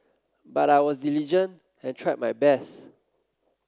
but I was diligent and tried my best